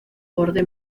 borde